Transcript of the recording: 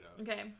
Okay